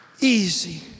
easy